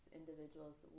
individuals